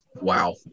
Wow